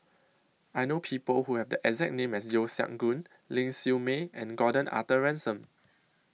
I know People Who Have The exact name as Yeo Siak Goon Ling Siew May and Gordon Arthur Ransome